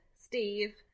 Steve